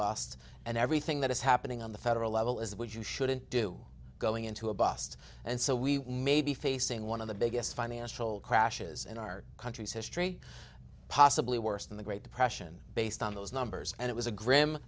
bust and everything that is happening on the federal level is would you shouldn't do going into a bust and so we may be facing one of the biggest financial crashes in our country's history possibly worse than the great depression based on those numbers and it was a grim